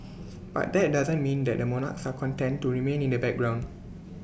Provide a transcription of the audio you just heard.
but that doesn't mean that the monarchs are content to remain in the background